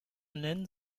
nennen